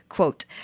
Quote